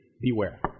beware